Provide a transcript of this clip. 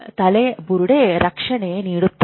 ತಲೆಬುರುಡೆ ರಕ್ಷಣೆ ನೀಡುತ್ತದೆ